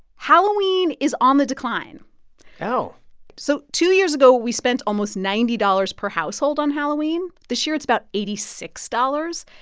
halloween is on the decline oh so two years ago, we spent almost ninety dollars per household on halloween. this year, it's about eighty six dollars.